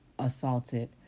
assaulted